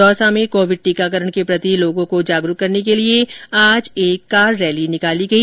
दौसा में कोविड टीकाकरण के प्रति लोगों को जागरूक करने के लिए आज एक कार रैली निकाली गई